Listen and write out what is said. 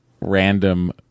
random